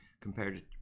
compared